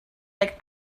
like